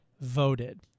voted